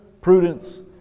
prudence